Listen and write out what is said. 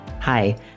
Hi